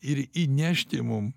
ir įnešti mum